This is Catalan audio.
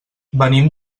venim